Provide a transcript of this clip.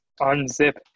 unzip